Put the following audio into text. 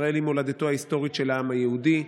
ישראל היא מולדתו ההיסטורית של העם היהודי,